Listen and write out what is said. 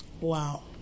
Wow